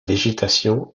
végétation